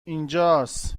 اینجاس